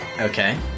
Okay